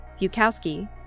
Bukowski